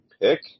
pick